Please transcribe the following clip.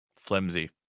Flimsy